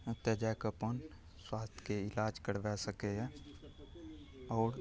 ओतए जाके अपन स्वास्थ्यके इलाज करबै सकैए आओर